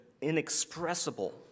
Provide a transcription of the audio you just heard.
inexpressible